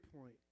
point